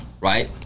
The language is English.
right